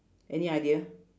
any idea